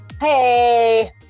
Hey